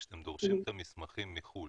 כשאתם דורשים את המסמכים מחוץ לארץ,